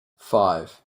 five